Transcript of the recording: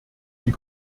die